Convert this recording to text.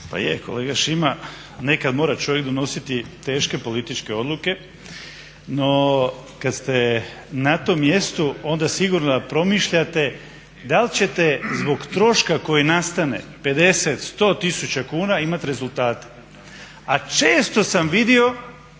Pa je kolega Šima nekad mora čovjek donositi teške političke odluke. No, kad ste na tom mjestu onda sigurno da promišljate da li ćete zbog troška koji nastane 50, 100 tisuća kuna imati rezultate? A često sam vidio